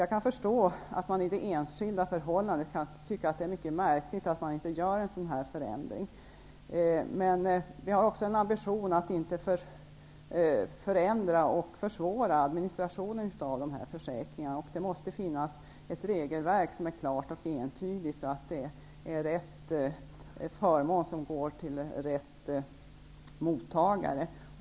Jag kan förstå att man i det enskilda fallet tycker att det är mycket märkligt att en sådan här förändring inte görs. Vi har också ambitionen att inte försvåra administrationen av de här försäkringarna. Det måste finnas ett klart och entydigt regelverk, så att rätt förmån går till rätt mottagare.